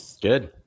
Good